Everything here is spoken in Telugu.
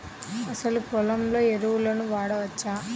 అసలు పొలంలో ఎరువులను వాడవచ్చా?